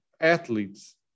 athletes